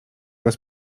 bez